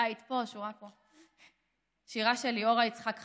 בית פה, שורה פה.